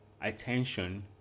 attention